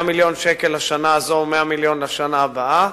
100 מיליון לשנה הזאת ו-100 מיליון לשנה הבאה,